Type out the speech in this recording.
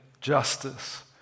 justice